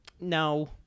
no